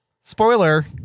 Spoiler